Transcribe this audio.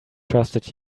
trusted